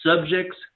Subjects